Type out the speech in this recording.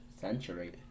Century